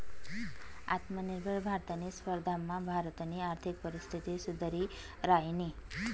आत्मनिर्भर भारतनी स्पर्धामा भारतनी आर्थिक परिस्थिती सुधरि रायनी